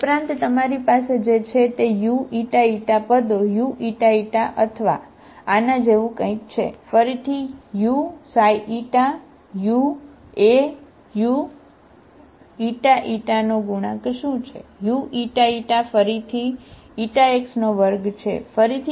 ઉપરાંત તમારી પાસે જે છે તે uηη પદો uηη પદો અથવા આના જેવું કંઈક છે ફરીથી uξη u a uηη નો ગુણાંક શું છે uηη ફરીથી x2 છે ફરીથી અહીં